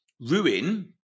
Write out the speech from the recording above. ruin